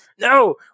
No